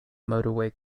motorway